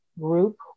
group